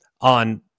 on